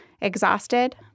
exhausted